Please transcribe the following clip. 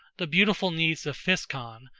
the beautiful niece of physcon,